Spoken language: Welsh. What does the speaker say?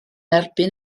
erbyn